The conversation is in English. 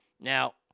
Now